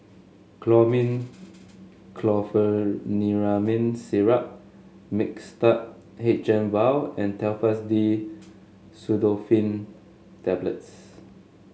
Chlormine Chlorpheniramine Syrup Mixtard H M vial and Telfast D Pseudoephrine Tablets